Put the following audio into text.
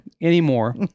Anymore